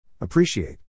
Appreciate